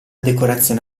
decorazione